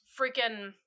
freaking